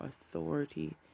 authority